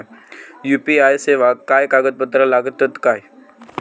UPI सेवाक काय कागदपत्र लागतत काय?